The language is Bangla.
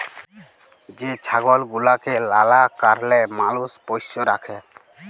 যে ছাগল গুলাকে লালা কারলে মালুষ পষ্য রাখে